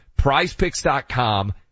Prizepicks.com